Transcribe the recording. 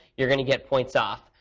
you're going to get points off.